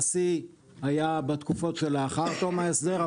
השיא היה בתקופות שלאחר תום ההסדר.